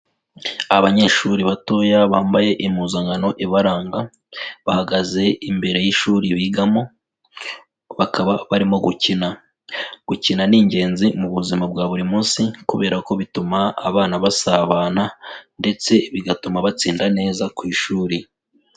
Abanyeshuri batoya bambaye impuzankano ibaranga, bahagaze imbere y'ishuri bigamo, bakaba barimo gukina. Gukina ni ingenzi mu buzima bwa buri munsi kubera ko bituma abana basabana ndetse bigatuma batsinda neza ku ishuri.